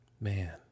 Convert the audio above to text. Man